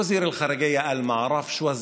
שר החוץ אמר: אני לא יודע,